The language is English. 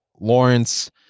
lawrence